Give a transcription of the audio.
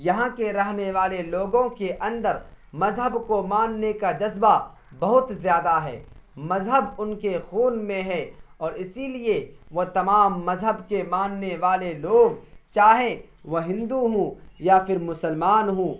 یہاں کے رہنے والے لوگوں کے اندر مذہب کو ماننے کا جذبہ بہت زیادہ ہے مذہب ان کے خون میں ہے اور اسی لیے وہ تمام مذہب کے ماننے والے لوگ چاہے وہ ہندو ہوں یا پھر مسلمان ہوں